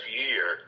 year